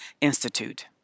Institute